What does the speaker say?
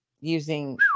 using